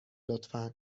لطفا